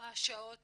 בוהה שעות